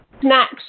snacks